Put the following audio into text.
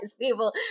people